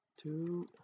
Two